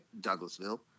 douglasville